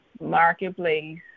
marketplace